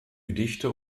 gedichte